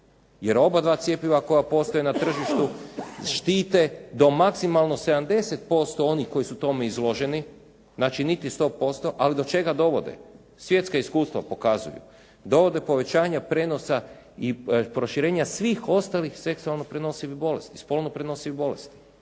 jer obadva cjepiva koja postoje na tržištu štite do maksimalno 70% onih koji su tome izloženi, znači niti 100% ali do čega dovode? Svjetska iskustva pokazuju. Dovode do povećanja prijenosa i proširenja svih ostalih seksualno prenosivih bolesti, spolno prenosivih bolesti